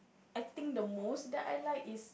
I think the most that I like is